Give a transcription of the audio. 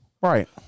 Right